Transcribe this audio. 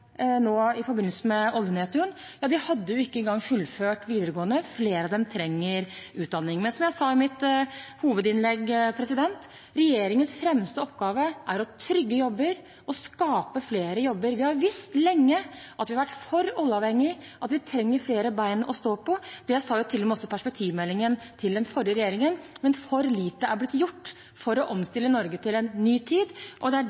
nå i forbindelse med oljenedturen, hadde ikke engang fullført videregående. Flere av dem trenger utdanning. Som jeg sa i mitt hovedinnlegg: Regjeringens fremste oppgave er å trygge jobber og å skape flere jobber. Vi har visst lenge at vi har vært for oljeavhengige, at vi trenger flere bein å stå på. Det sa til og med perspektivmeldingen til den forrige regjeringen. Men for lite er blitt gjort for å omstille Norge til en ny tid. Det er